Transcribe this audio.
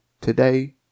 today